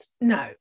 No